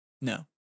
No